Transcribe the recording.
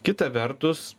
kita vertus